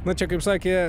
va čia kaip sakė